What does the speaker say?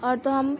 और तो हम